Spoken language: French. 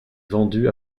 vendu